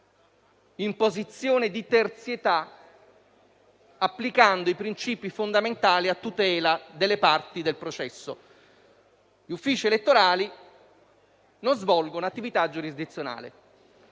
in posizione di terzietà, applicando i principi fondamentali a tutela delle parti del processo). Gli uffici elettorali non svolgono attività giurisdizionale.